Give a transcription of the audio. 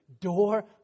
Door